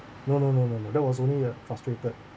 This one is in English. no no no no no that was only uh frustrated